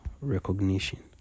recognition